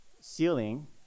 ceiling